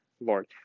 lord